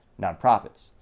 nonprofits